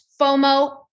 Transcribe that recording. FOMO